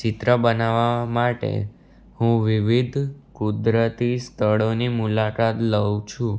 ચિત્ર બનાવવાં માટે હું વિવિધ કુદરતી સ્થળોની મુલાકાત લઉં છું